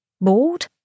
Bored